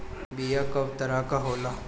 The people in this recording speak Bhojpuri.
बीया कव तरह क होला?